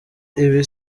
ibi